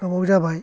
गोबाव जाबाय